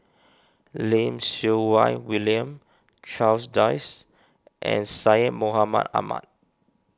Lim Siew Wai William Charles Dyce and Syed Mohamed Ahmed